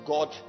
God